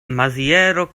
maziero